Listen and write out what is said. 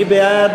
מי בעד?